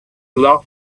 love